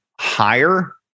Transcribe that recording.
higher